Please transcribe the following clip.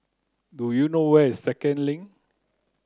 do you know where is Second Link